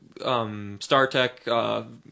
StarTech